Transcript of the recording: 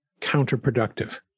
counterproductive